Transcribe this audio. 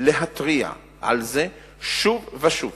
להתריע על זה שוב ושוב,